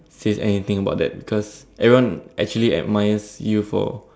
says anything about that because everyone actually admires you for